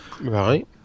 Right